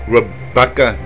Rebecca